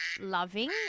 loving